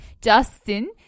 Justin